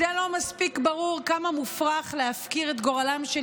אם זה לא מספיק ברור כמה מופרך להפקיר את גורלם של